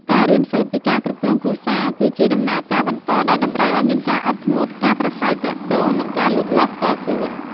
ការរៀនសូត្រពីការគ្រប់គ្រងគ្រួសារ គឺជាដំណើរការបន្តដែលតម្រូវឱ្យមានការអត់ធ្មត់ ការប្រាស្រ័យទាក់ទង និងការលូតលាស់ផ្ទាល់ខ្លួន។